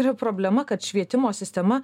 yra problema kad švietimo sistema